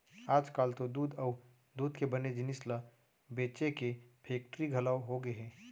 आजकाल तो दूद अउ दूद के बने जिनिस ल बेचे के फेक्टरी घलौ होगे हे